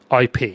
IP